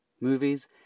movies